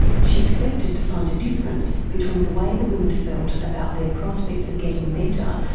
she expected to find a difference between the way the women felt about their prospects of getting better,